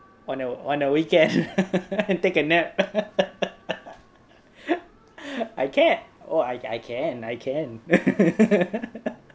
on a on a weekend and take a nap I can I I can I can